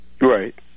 right